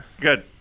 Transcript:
good